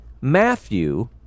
Matthew